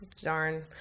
darn